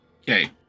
Okay